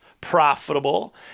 profitable